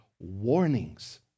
warnings